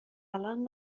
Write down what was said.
الان